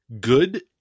good